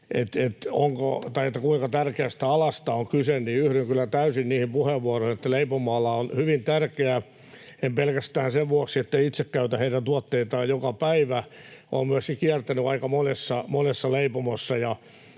kuinka tärkeästä alasta on kyse, niin yhdyn kyllä täysin niihin puheenvuoroihin, että leipomoala on hyvin tärkeä — en pelkästään sen vuoksi, että itse käytän heidän tuotteitaan joka päivä, vaan olen myöskin kiertänyt aika monessa leipomossa